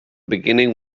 beginning